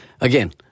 again